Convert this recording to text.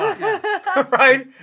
right